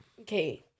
okay